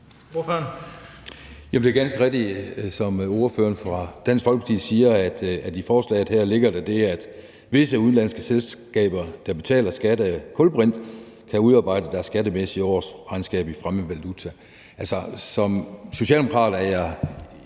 Det er ganske rigtigt, som ordføreren for Dansk Folkeparti siger, at der i forslaget her ligger, at visse udenlandske selskaber, der betaler skat af kulbrinte, kan udarbejde deres skattemæssige årsregnskab i fremmed valuta. Altså, som socialdemokrat er jeg